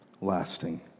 Lasting